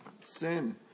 sin